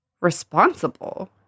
responsible